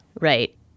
Right